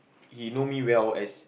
he know me well as